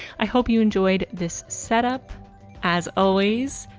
i hope you enjoyed this setup as always,